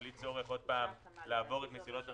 בלי צורך לעבור את מסילות הרכבת.